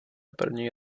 první